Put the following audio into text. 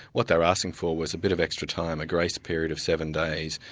what they were asking for was a bit of extra time, a grace period, of seven days,